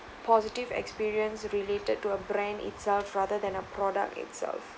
positive experience related to a brand itself rather than a product itself